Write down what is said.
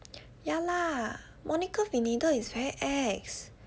ya lah Monica Vinader is very ex